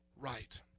right